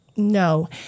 No